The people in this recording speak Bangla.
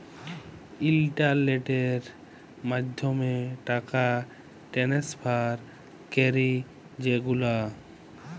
ইলটারলেটের মাধ্যমে টাকা টেনেসফার ক্যরি যে গুলা